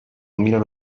میرفت